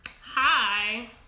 Hi